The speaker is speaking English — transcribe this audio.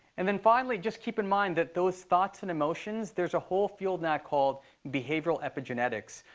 and then finally, just keep in mind that those thoughts and emotions, there's a whole field now called behavioral epigenetics.